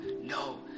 No